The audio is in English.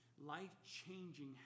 life-changing